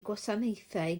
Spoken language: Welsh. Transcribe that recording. gwasanaethau